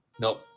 Nope